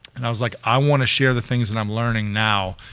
and i was like i wanna share the things that i'm learning now,